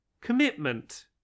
commitment